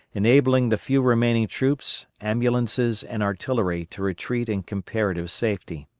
enabling the few remaining troops, ambulances, and artillery to retreat in comparative safety.